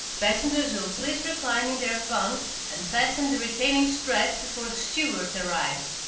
passengers will please recline in their bunks and fasten the retaining straps before the steward arrives.